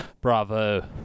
bravo